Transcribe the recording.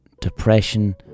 depression